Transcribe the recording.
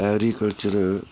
agriculture